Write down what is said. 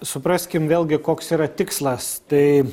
supraskim vėlgi koks yra tikslas tai